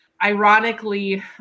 Ironically